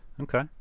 Okay